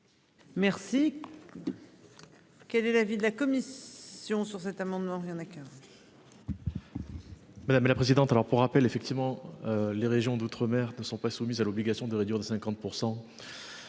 Merci. Quel est l'avis de la commission sur cet amendement